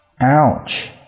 Ouch